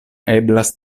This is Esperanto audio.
eblas